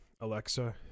Alexa